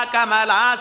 Kamala